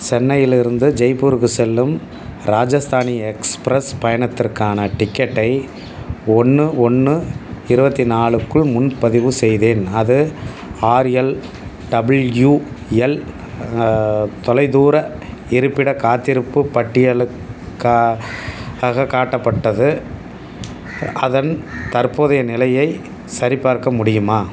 சென்னையிலிருந்து ஜெய்ப்பூருக்கு செல்லும் ராஜதானி எக்ஸ்பிரஸ் பயணத்திற்கான டிக்கெட்டை ஒன்று ஒன்று இருபத்தி நாலுக்குள் முன்பதிவு செய்தேன் அது ஆர் எல் டபுள்யூ எல் தொலைதூர இருப்பிட காத்திருப்பு பட்டியலுக்காக காக காட்டப்பட்டது அதன் தற்போதைய நிலையை சரிபார்க்க முடியுமா